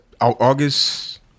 August